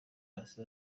hasi